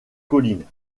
collines